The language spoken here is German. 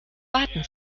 warten